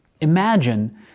Imagine